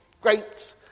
great